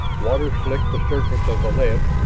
water slicked the surface of the ledge,